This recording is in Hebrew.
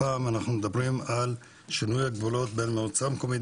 הפעם אנחנו מדברים על שינוי הגבולות בין מועצה המקומית